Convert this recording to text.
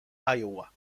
iowa